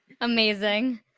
amazing